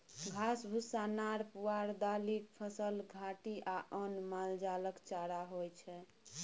घास, भुस्सा, नार पुआर, दालिक फसल, घाठि आ अन्न मालजालक चारा होइ छै